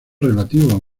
relativos